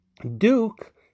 Duke